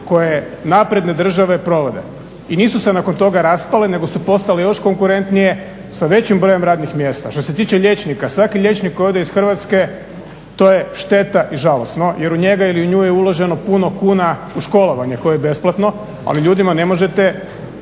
koje napredne države provode i nisu se nakon toga raspale nego su postale još konkurentnije sa većim brojem radnih mjesta. Što se tiče liječnika, svaki liječnik ovdje iz Hrvatske to je šteta i žalosno jer u njega ili nju je uloženo puno kuna u školovanje koje je besplatno ali ljudima ne možete